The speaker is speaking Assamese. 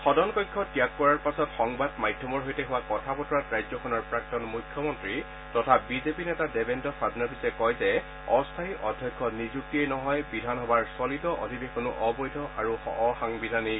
সদন কক্ষ ত্যাগ কৰাৰ পাছত সংবাদ মাধ্যমৰ সৈতে হোৱা কথা বতৰাত ৰাজ্যখনৰ প্ৰাক্তন মুখ্যমন্ত্ৰী তথা বিজেপি নেতা দেৱেন্দ্ৰ ফাড়নবিছে কয় যে অস্থায়ী অধ্যক্ষ নিযুক্তিয়েই নহয় বিধানসভাৰ চলিত অধিৱেশনো অবৈধ আৰু অসাংবিধানিক